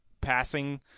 passing